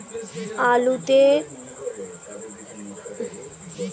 আলুতে ধ্বসা রোগ দেখা দেয় তার উপসর্গগুলি কি কি?